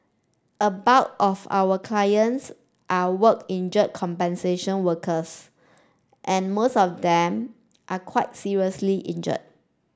a bulk of our clients are work injury compensation workers and most of them are quite seriously injured